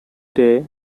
day